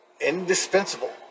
indispensable